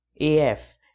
AF